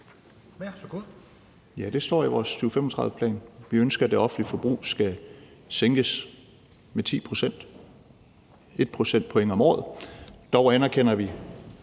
Ja, det står i vores 2035-plan, at vi ønsker, at det offentlige forbrug skal sænkes med 10 pct. – 1 procentpoint om året. Dog anerkender vi,